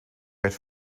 werd